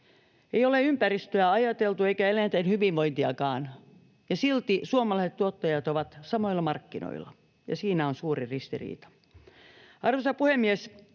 Ei ole ympäristöä ajateltu eikä eläinten hyvinvointiakaan, ja silti suomalaiset tuottajat ovat samoilla markkinoilla, ja siinä on suuri ristiriita.